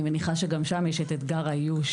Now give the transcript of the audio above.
אני מניחה שגם שם יש את אתגר האיוש,